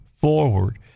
forward